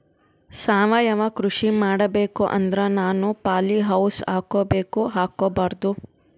ಸಾವಯವ ಕೃಷಿ ಮಾಡಬೇಕು ಅಂದ್ರ ನಾನು ಪಾಲಿಹೌಸ್ ಹಾಕೋಬೇಕೊ ಹಾಕ್ಕೋಬಾರ್ದು?